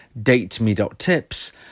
Dateme.tips